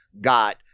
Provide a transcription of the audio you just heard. got